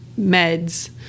meds